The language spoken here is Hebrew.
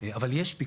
לסיום